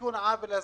לתיקון העוול הזה.